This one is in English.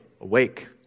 awake